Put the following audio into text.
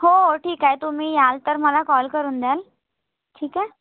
हो हो ठीक आहे तुम्ही याल तर मला कॉल करून द्याल ठीक आहे